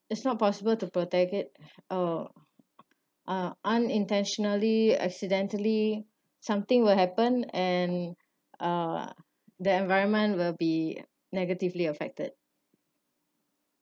it's not possible to protect it uh ah unintentionally accidentally something will happen and uh the environment will be negatively affected